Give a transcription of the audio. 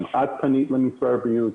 גם את פנית למשרד הבריאות,